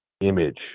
image